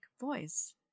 voice